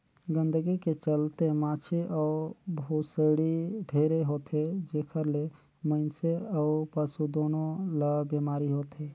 गंदगी के चलते माछी अउ भुसड़ी ढेरे होथे, जेखर ले मइनसे अउ पसु दूनों ल बेमारी होथे